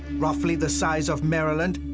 roughlyly the size of maryland,